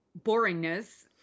boringness